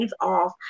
off